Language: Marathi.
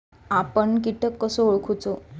आपन कीटक कसो ओळखूचो?